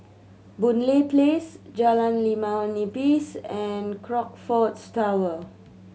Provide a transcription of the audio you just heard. Boon Lay Place Jalan Limau Nipis and Crockfords Tower